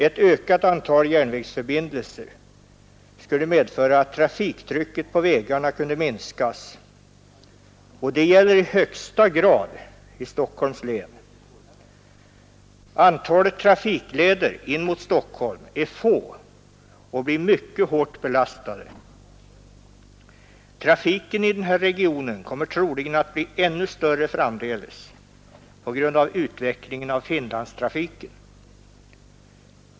Ett ökat antal järnvägsförbindelser skulle medföra att trafiktrycket på vägarna kunde minskas, och detta gäller i högsta grad Stockholms län. Trafik lederna in mot Stockholm är få och blir mycket hårt belastade. Trafiken i regionen kommer troligen att bli ännu större framdeles på grund av utvecklingen av Finlandstrafiken.